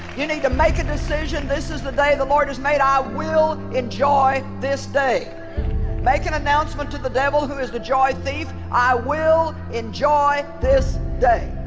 you need to make a decision. this is the day the lord has made i will enjoy this day make an announcement to the devil. who is the joy thief. i will enjoy this day